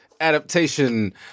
adaptation